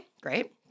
Great